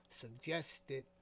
suggested